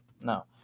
No